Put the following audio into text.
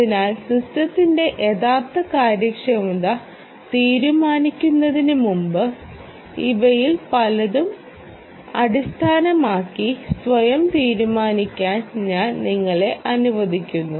അതിനാൽ സിസ്റ്റത്തിന്റെ യഥാർത്ഥ കാര്യക്ഷമത തീരുമാനിക്കുന്നതിന് മുമ്പ് ഇവയിൽ പലതും അടിസ്ഥാനമാക്കി സ്വയം തീരുമാനിക്കാൻ ഞാൻ നിങ്ങളെ അനുവദിക്കുന്നു